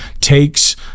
takes